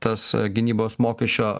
tas gynybos mokesčio